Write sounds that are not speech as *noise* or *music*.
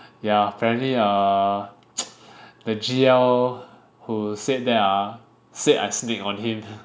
ya apparently err *noise* the G_L who said that ah say I snake on him